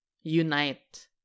unite